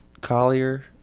Collier